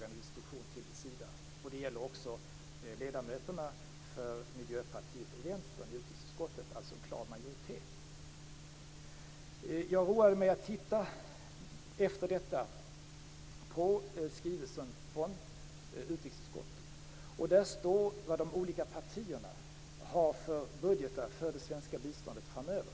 Det gäller också ledamöterna från Miljöpartiet och Vänstern i utrikesutskottet - alltså en klar majoritet. Jag roade mig efter detta med att titta i skrivelsen från utrikesutskottet. Där står vad de olika partierna har för budgetar för det svenska biståndet framöver.